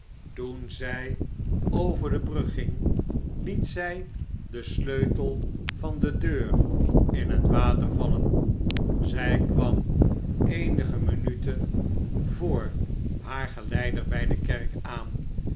toen zij over de brug ging het zij den sleutel van de deur in het water vallen zij kwam eenige minuten vr haar geleider bij dekerk aan